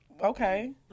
okay